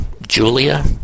Julia